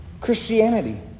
Christianity